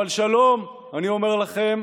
אבל שלום, אני אומר לכם,